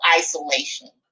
isolation